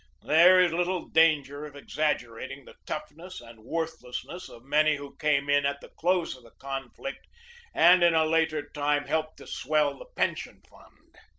there is little danger of exag gerating the toughness and worthlessness of many who came in at the close of the conflict and, in a later time, helped to swell the pension fund.